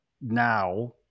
now